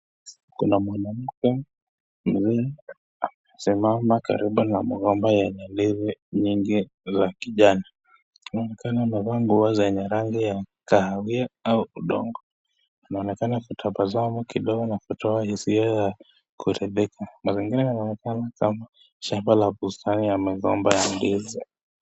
Kuna mwanamke mzee amesimama karibu na migomba yenye ndizi nyingi ya kijani. Anaonekana amevaa nguo zenye rangi ya kahawia au udongo. Anaonekana kutabasamu kidogo na kutoa hisia ya kulebeka. Mazingira yanaonekana kama shamba la bustani ya migomba ya ndizi.